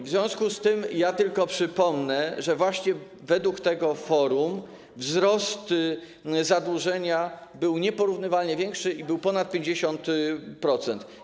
W związku z tym tylko przypomnę, że właśnie według tego forum wzrost zadłużenia był nieporównywalnie większy i wynosił ponad 50%.